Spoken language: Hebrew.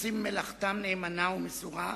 שעושים מלאכתם נאמנה ומסורה,